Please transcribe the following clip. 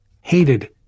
hated